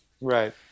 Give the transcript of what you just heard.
Right